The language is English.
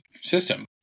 system